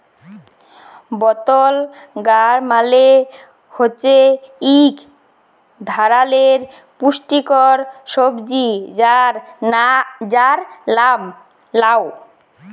বতল গাড় মালে হছে ইক ধারালের পুস্টিকর সবজি যার লাম লাউ